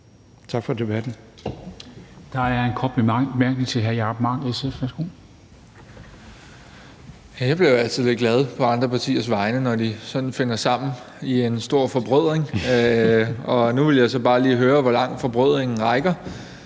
Jeg bliver altid lidt glad på andre partiers vegne, når de sådan finder sammen i en stor forbrødring. Og nu vil jeg så bare lige høre, hvor langt forbrødringen rækker.